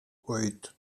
oito